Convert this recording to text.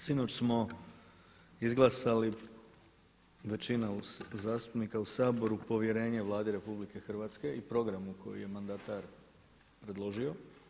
Sinoć smo izglasali većina zastupnika u Saboru povjerenje Vladi RH i programu koji je mandatar predložio.